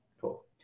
Cool